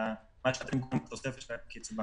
מהמוסד לביטוח לאומי שהוצאו לחל"ת בתקופת הקורונה.